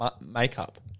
makeup